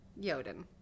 Yoden